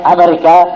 America